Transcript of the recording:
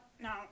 no